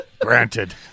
Granted